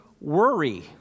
Worry